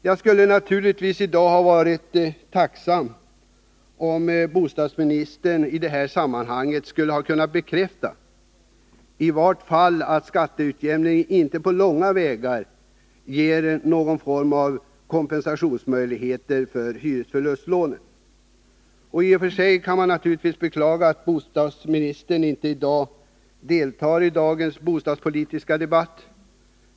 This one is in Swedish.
Jag skulle naturligtvis i dag ha varit tacksam, om bostadsministern i det här sammanhanget hade kunnat bekräfta att skatteutjämningen i varje fall inte på långa vägar ger kompensation för hyresförlustlånen. I och för sig kan man naturligtvis beklaga att bostadsministern inte deltar i dagens bostadspolitiska debatt.